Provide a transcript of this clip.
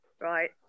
Right